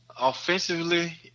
Offensively